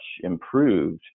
improved